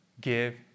give